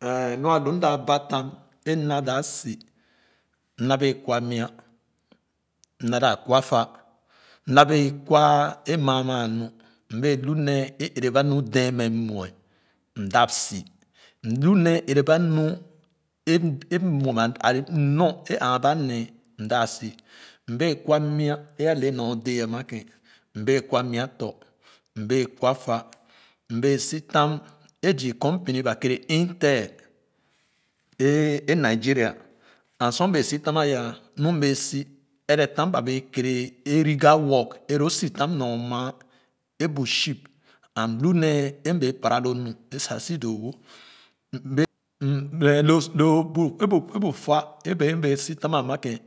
E lu a nu m ta ba fam é na daa si m na bee kwa mya m da daa kwata m na bee kwa é maa maa nu m bee lu nee é ɛrɛ ba nu dɛɛ mɛ muɛ m dap si m lu nee ɛrɛ ba nu a le m nɔr aa ba nee m da si m bee kwa nya é a le nyor dee a ma kèn m bee sitama é zii compini ba kerɛ intell é Nigeria and sor m bee sitam a yah nu m bee so ɛrɛ tam bɛ bee kɛrɛ é riga nork é loo sitam nɔr maa é bu ship and m lu nee é m bee para lo nu sa si doowo m é bu fa é m bɛɛ si tam amia kèn